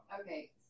Okay